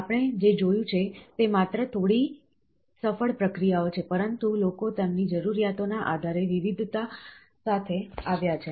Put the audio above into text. આપણે જે જોયું છે તે માત્ર થોડી સફળ પ્રક્રિયાઓ છે પરંતુ લોકો તેમની જરૂરિયાતો ના આધારે વિવિધતા સાથે આવ્યા છે